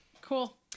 cool